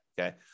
Okay